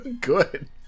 good